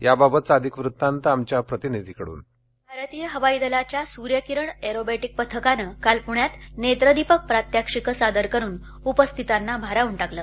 याबाबतचा अधिक वृत्तांत आमच्या प्रतिनिधीकडून व्हॉंइस कास्ट भारतीय हवाईदलाच्या सुर्यकिरण एरोबेटिक पथकानं काल पुण्यात नेत्रदीपक प्रात्यक्षिकं सदर करून उपस्थितांना भारावून टाकलं